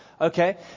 Okay